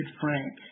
Frank